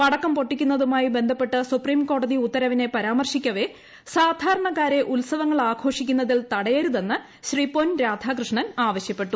പടക്കം പൊട്ടിക്കുന്നതുമായി ബന്ധപ്പെട്ട് സുപ്രീംകോടതി ഉത്തരവിനെ പ്രിരാമർശിക്കവെ സാധാരണക്കാരെ ഉത്സവങ്ങൾ ആഘോഷിക്കുന്നതിൽ തടയരുതെന്ന് ശ്രീ പൊൻ രാധാകൃഷ്ണൻ ആവശ്യപ്പെട്ടു